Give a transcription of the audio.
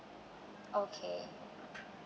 okay